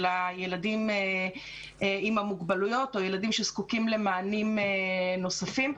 הילדים עם המוגבלויות או ילדים שזקוקים למענים נוספים,